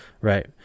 Right